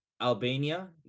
Albania